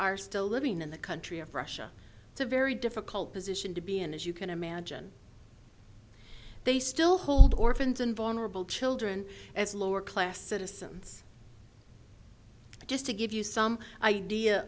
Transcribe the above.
are still living in the country of russia it's a very difficult position to be in as you can imagine they still hold orphans and vulnerable children as lower class citizens just to give you some idea